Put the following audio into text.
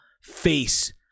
face